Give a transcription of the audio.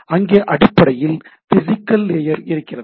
அங்கே அடிப்படையில் physical layer இருக்கிறது